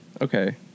okay